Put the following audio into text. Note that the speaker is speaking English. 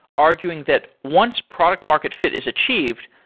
arguing that once product market fit is achieved,